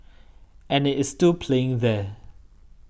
and it is still playing there